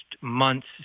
months